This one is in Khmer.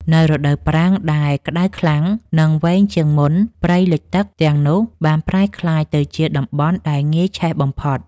នៅរដូវប្រាំងដែលក្ដៅខ្លាំង និងវែងជាងមុន ព្រៃលិចទឹកទាំងនោះបានប្រែក្លាយទៅជាតំបន់ដែលងាយឆេះបំផុត។